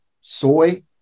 soy